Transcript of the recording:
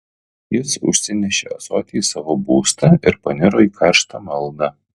jis užsinešė ąsotį į savo būstą ir paniro į karštą maldą